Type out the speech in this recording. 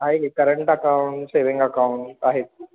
आहे की current account saving account आहेत